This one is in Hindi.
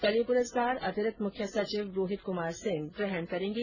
कल यह पुरस्कार अतिरिक्त मुख्य सचिव रोहित कुमार सिंह ग्रहण करेंगे